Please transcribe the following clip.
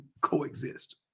coexist